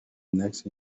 next